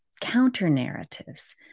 counter-narratives